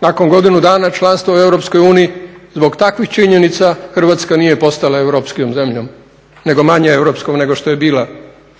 Nakon godinu dana članstva u EU zbog takvih činjenica Hrvatska nije postala europskijom zemljom nego manje europskom nego što je bila